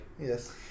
Yes